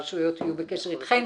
הרשויות יהיו בקשר אתכם,